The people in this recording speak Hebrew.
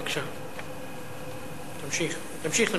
בבקשה, תמשיך, תמשיך.